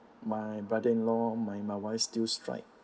my brother in law my my wife still strike